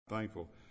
thankful